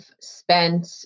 spent